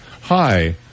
hi